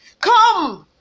Come